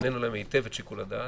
הבנינו להם היטב את שיקול הדעת.